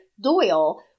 Doyle